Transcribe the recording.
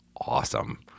awesome